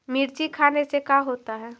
मिर्ची खाने से का होता है?